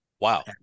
Wow